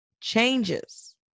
changes